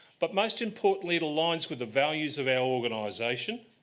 but most importantly, it aligns with the values of our organisation,